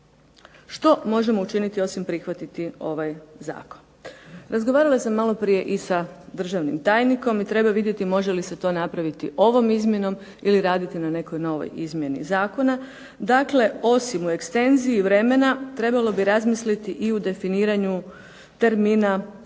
Što možemo učiniti osim prihvatiti ovaj zakon? Razgovarala sam malo prije i sa državnim tajnikom i treba vidjeti može li se to napraviti ovom izmjenom ili raditi na nekoj novoj izmjeni zakona. Dakle, osim u ekstenziji vremena trebalo bi razmisliti i o definiranju termina ulaganja.